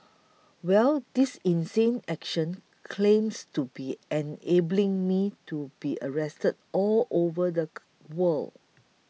well this insane action claims to be enabling me to be arrested all over the world